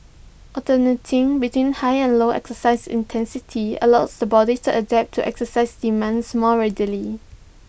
alternating between high and low exercise intensity allows the body to adapt to exercise demands more readily